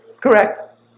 Correct